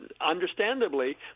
understandably